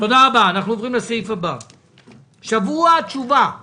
תשובה תוך שבוע, תבחינים תוך שבוע.